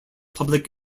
public